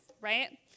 right